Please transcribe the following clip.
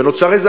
ונוצר איזה